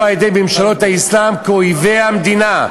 הוכרזו על-ידי ממשלות האסלאם כאויבי המדינה.